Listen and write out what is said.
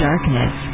Darkness